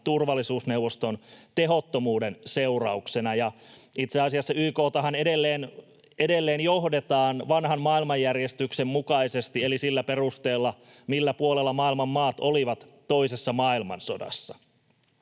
turvallisuusneuvoston tehottomuuden seurauksena. Itse asiassa YK:tahan edelleen johdetaan vanhan maailmanjärjestyksen mukaisesti, eli sillä perusteella, millä puolella maailman maat olivat toisessa maailmansodassa.